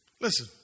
Listen